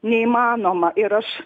neįmanoma ir aš